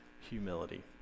humility